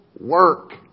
work